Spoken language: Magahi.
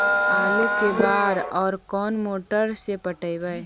आलू के बार और कोन मोटर से पटइबै?